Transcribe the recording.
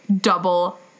double